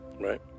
right